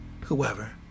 whoever